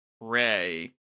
Ray